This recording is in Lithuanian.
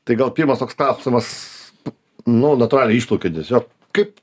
tai gal pirmas toks klausimas nu natūraliai išplaukė tiesiog kaip